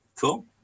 Cool